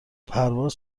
پرواز